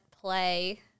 play